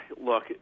look